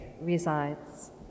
resides